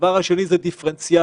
הדבר השני הוא דיפרנציאליות.